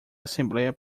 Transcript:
assembléia